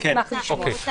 אני אשמח לשמוע.